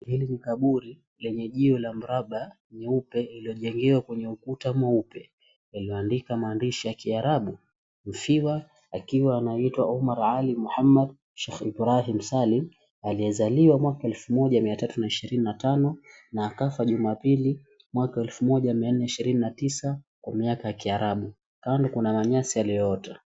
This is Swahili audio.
Hili ni kaburi lenye jiwe la miraba nyeupe iliyojengewa kwenye ukuta mweupe. Yaliyoandikwa mahandishi ya kiarabu mfiwa akiwa anaitwa Auma Rahali Muhammad Shahid Rali Mustali aliyezaliwa mwaka wa 1325 na akafa jumapili mwaka wa 1429 kwa miaka ya kiarabu. Ndani kuna manyasi yaliyoota.